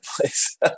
place